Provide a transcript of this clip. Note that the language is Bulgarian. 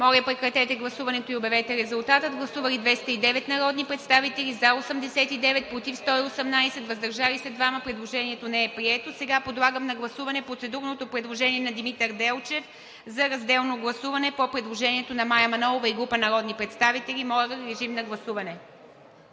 предложение за гласуване ред по ред. Гласували 209 народни представители: за 89, против 118, въздържали се 2. Предложението не е прието. Сега подлагам на гласуване процедурното предложение на Димитър Делчев за разделно гласуване по предложението на Мая Манолова и група народни представители. Гласували